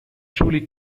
truly